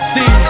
See